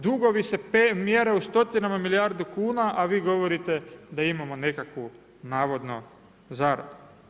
Dugovi se mjere u stotinama milijardu kuna a vi govorite da imamo nekakvu navodno zaradu.